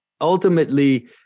ultimately